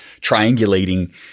triangulating